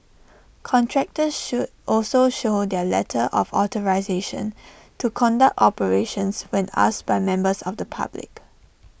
contractors show also show their letter of authorisation to conduct operations when asked by members of the public